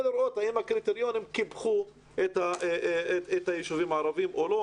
לראות האם הקריטריונים קיפחו את היישובים הערביים או לא.